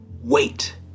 Wait